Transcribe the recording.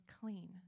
clean